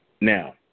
Now